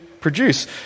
produce